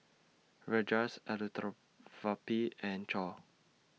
Rajesh and Choor